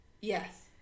yes